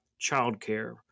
childcare